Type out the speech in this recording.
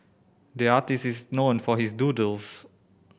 the artist is known for his doodles